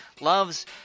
loves